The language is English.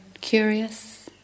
Curious